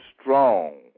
strong